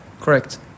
Correct